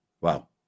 Wow